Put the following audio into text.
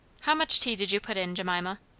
how much tea did you put in, jemima?